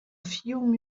few